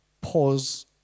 pause